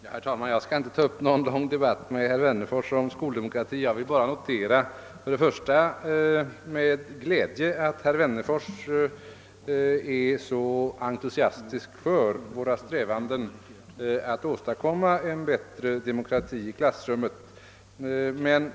Herr talman! Jag skall inte ta upp någon lång debatt med herr Wennerfors om skoldemokrati. Jag vill bara med glädje notera att herr Wennerfors är så entusiatisk för våra strävanden att åstadkomma en bättre demokrati i klassrummet.